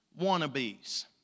wannabes